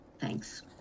Thanks